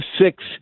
six